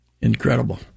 incredible